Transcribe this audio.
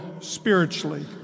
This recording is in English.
spiritually